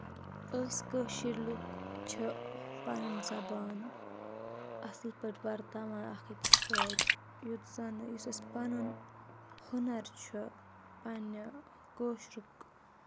أسۍ کٲشِر لُکھ چھِ پَنٕنۍ زبان اَصٕل پٲٹھۍ وَرتاوان اَکھ أکِس سۭتۍ یُتھ زَن یُس أسۍ پَنُن ہُنَر چھُ پنٕنہِ کٲشرُک